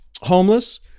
homeless